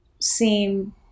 seem